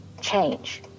change